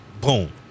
Boom